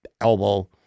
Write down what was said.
elbow